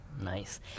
Nice